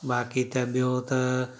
बाक़ी त ॿियों त